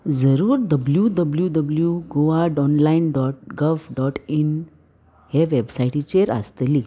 जरूर W W W Goa online dot gov dot in हे वेबसायटीचेर आसतली